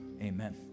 Amen